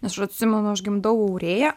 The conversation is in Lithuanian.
aš atsimenu aš gimdau aurėją